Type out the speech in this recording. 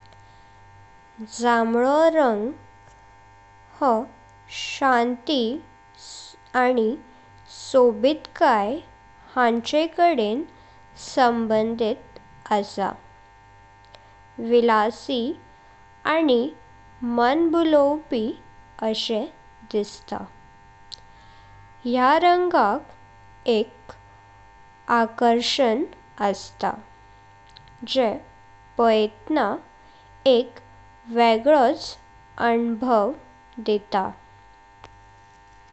गुलाबी रंगाचो विचार करताना हाव ताचो संबंध मवपण उबडरपण आनी मोगाकडेन करता। तातुथल्यां मला गुलाब वा दुसऱ्या फुलांचो उगदास जात। तशेत कॅण्डी कॅण्डी, बबलगम सारकिल्या गोड वस्तुंची याद जात। गुलाबी रंगाक सोम्या मोगाल आनी खेलगडो भाव आस। ताचो संबंध चड करून मोग, दयाळपण, आनी स्त्रीत्व हांचेकडेन करता। तशेच त्या रंगात मजेशीर उमेदिचो वाइब असतो जो तर्नातोपण आनी खुश मनात हादता।